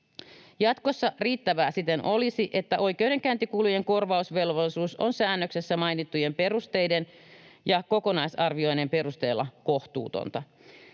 Jatkossa olisi siten riittävää, että oikeudenkäyntikulujen korvausvelvollisuus on säännöksessä mainittujen perusteiden ja kokonaisarvioinnin perusteella kohtuutonta.